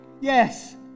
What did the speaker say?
Yes